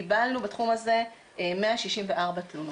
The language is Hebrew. קיבלנו בתחום הזה 164 תלונות.